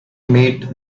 meet